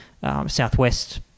southwest